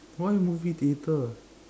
why movie theatre